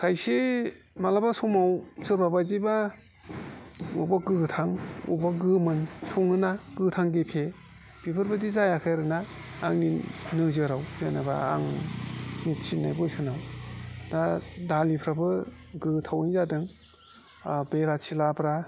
खायसे माब्लाबा समाव सोरबा बायदिबा अबेबा गोथां अबेबा गोमोन सङोना गोथां गेफे बेफोरबायदि जायाखै आरोना आंनि नोजोराव जेनेबा आंनि थिननाय बोसोनाव दा दालिफ्राबो गोथावैनो जादों बेलाथि लाब्रा